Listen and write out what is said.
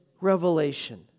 Revelation